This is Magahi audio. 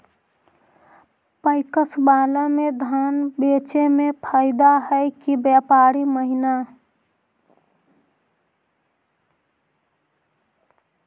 पैकस बाला में धान बेचे मे फायदा है कि व्यापारी महिना?